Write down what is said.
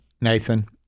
Nathan